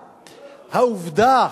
העובדה,